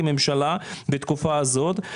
כממשלה בתקופה הזאת,